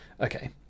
okay